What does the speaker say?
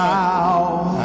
now